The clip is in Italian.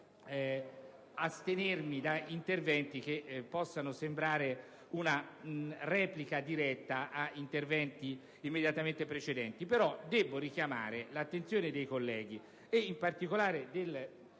di astenermi da interventi che possano sembrare una replica diretta ad interventi immediatamente precedenti. Debbo però richiamare l'attenzione dei colleghi, ed in particolare del